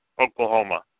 Oklahoma